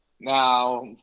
now